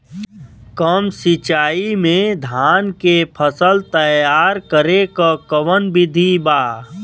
कम सिचाई में धान के फसल तैयार करे क कवन बिधि बा?